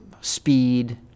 speed